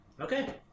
Okay